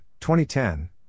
2010